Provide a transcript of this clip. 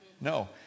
No